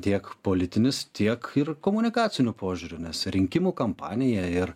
tiek politinis tiek ir komunikaciniu požiūriu nes rinkimų kampanija ir